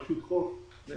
רשות חוף,